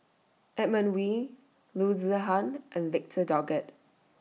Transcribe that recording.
Edmund Wee Loo Zihan and Victor Doggett